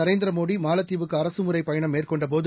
நரேந்திரமோடி மாலத்தீவுக்குஅரசுமுறைப் பயணம் மேற்கொண்டபோது